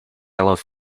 love